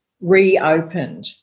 reopened